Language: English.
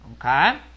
okay